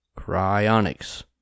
Cryonics